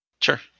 Sure